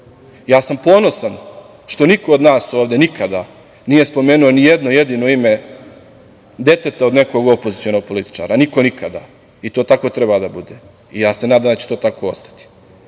Ponosan sam što niko od nas ovde nikada nije spomenuo ni jedno jedino ime deteta od nekog opozicionog političara, niko nikada. To tako treba da bude. Nadam se da će to tako ostati.